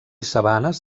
sabanes